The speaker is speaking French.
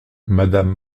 madame